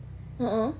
a'ah